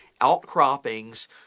outcroppings